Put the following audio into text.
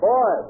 Boy